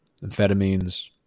amphetamines